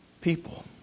people